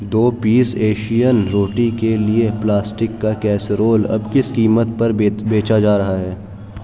دو piece Asian روٹی کے لیے پلاسٹک کا کیسرول اب کس قیمت پر بیچا جا رہا ہے